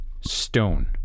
stone